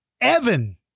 Evan